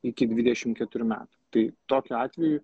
iki dvidešim keturių metų tai tokiu atveju